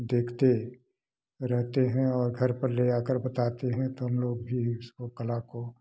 देखते रहते हैं और घर पर ले जाकर बताते हैं तो हम लोग भी इसको कला को